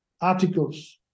articles